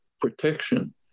protection